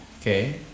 okay